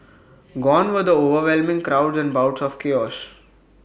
gone were the overwhelming crowds and bouts of chaos